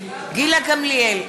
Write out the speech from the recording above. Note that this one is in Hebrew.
גילה גמליאל,